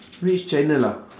which channel ah